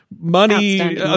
money